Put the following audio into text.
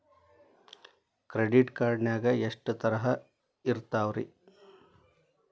Credit card ನಾಗ ಎಷ್ಟು ತರಹ ಇರ್ತಾವ್ರಿ?